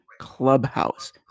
Clubhouse